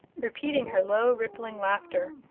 repeating her low, rippling laughter.